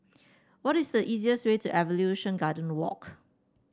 what is the easiest way to Evolution Garden Walk